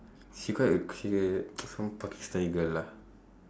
she quite she some pakistani girl lah